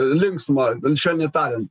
linksma švelniai tariant